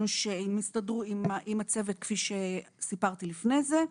שהם הסתדרו עם הצוות כפי שסיפרתי לפני זה.